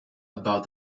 about